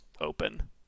open